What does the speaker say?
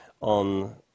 on